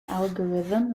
algorithm